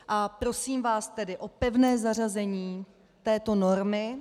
A prosím vás tedy o pevné zařazení této normy.